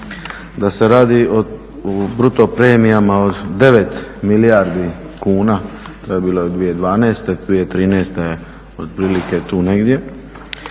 da se radi o bruto premijama od 9 milijardi kuna to je bilo 2012., 2013.je otprilike tu negdje,